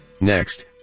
Next